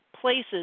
places